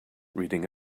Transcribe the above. reading